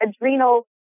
adrenal